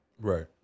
Right